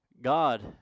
God